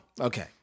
Okay